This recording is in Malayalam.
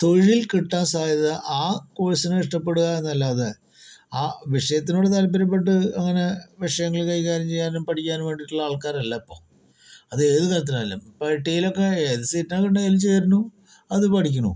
തൊഴിൽ കിട്ടാൻ സാധ്യത ആ കോഴ്സിനെ ഇഷ്ടപ്പെടുക എന്നതല്ലാതെ ആ വിഷയത്തിനോട് താൽപര്യപ്പെട്ട് അങ്ങനെ വിഷയങ്ങള് കൈകാര്യം ചെയ്യാനും പഠിക്കാനും വേണ്ടീട്ടുള്ള ആൾക്കാരല്ല ഇപ്പോൾ അതേത് തരത്തിലായാലും ഇപ്പോൾ ഐ ടി ഐയിലൊക്കെ ഏത് സീറ്റാണ് കിട്ടണത് അതിൽ ചേരണു അത് പഠിക്കണു